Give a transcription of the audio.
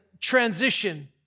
transition